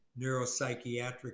neuropsychiatric